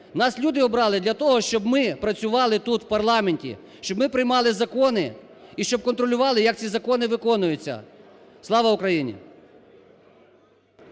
нас люди обрали для того, щоб ми працювали тут, в парламенті, щоб ми приймали закони і щоб контролювали, як ці закони виконуються. Слава Україні!